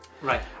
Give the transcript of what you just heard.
Right